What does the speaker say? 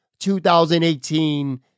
2018